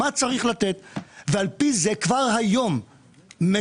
מה צריך לתת ועל פי זה כבר היום משלמים